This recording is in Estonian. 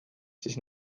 siis